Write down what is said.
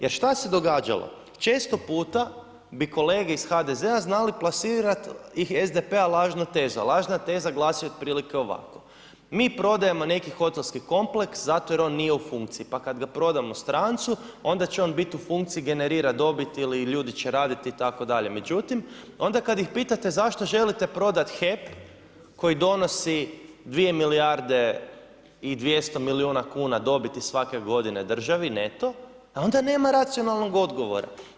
Jer šta se događalo, često puta bi kolege iz HDZ-a znači plasirati i SDP-a lažnu tezu, a lažna teza glasi otprilike ovako, mi prodajemo neki hotelski kompleks zato jer on nije u funkciji pa kada ga prodamo strancu onda će on biti u funkciji, generirati dobit ili ljudi će raditi itd., međutim onda kada ih pitate zašto želite prodati HEP koji donosi dvije milijarde i 200 milijuna kuna dobiti svake godine državi neto, a onda nema racionalnog odgovora.